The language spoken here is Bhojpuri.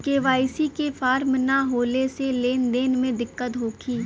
के.वाइ.सी के फार्म न होले से लेन देन में दिक्कत होखी?